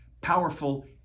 powerful